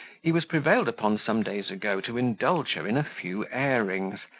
he was prevailed upon some days ago to indulge her in a few airings,